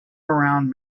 around